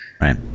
Right